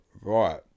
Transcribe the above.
right